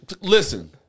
Listen